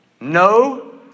no